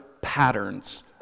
patterns